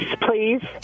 please